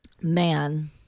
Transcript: Man